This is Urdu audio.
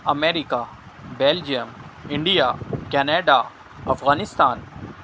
America Belgium India Canada Afghanistan